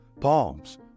palms